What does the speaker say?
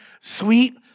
sweet